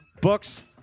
Books